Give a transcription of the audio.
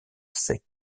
sec